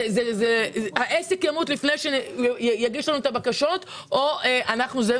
האם העסק ימות לפני שהוא יגיש את הבקשות או אנחנו.